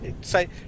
Say